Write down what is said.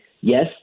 Yes